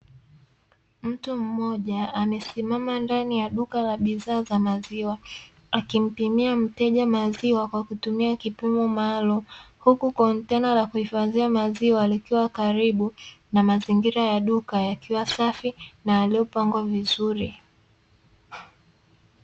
Mtu mmoja amesimama ndani ya duka la bidhaa za maziwa akimpimia mteja maziwa kwa kutumia kipimo maalumu, huku kontena la kuhifadhia maziwa likiwa karibu na mazingira ya duka yakiwa safi na yaliyopangwa vizuri.